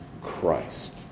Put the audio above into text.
Christ